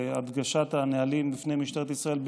להדגשת הנהלים בפני משטרת ישראל,